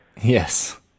Yes